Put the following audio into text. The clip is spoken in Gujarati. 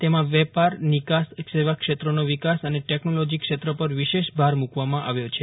તેમાં વેપાર નિકાસ સેવાક્ષેત્રનો વિકાસ અને ટેકનોલોજી ક્ષેત્ર પર વિશેષ ભાર મૂકવામાં આવ્યો છે